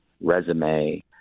resume –